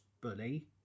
bully